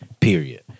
period